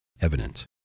evident